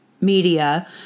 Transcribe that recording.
media